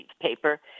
paper